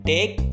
Take